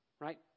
Right